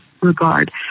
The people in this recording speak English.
regard